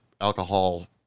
alcohol